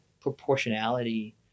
proportionality